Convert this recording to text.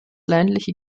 ländliche